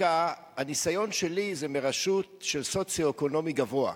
הניסיון שלי זה מרשות של מעמד סוציו-אקונומי גבוה.